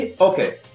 okay